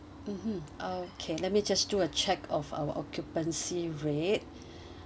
mmhmm okay let me just do a check of our occupancy rate